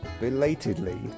belatedly